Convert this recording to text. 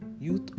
youth